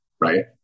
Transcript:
right